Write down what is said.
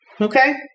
Okay